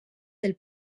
del